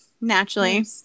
Naturally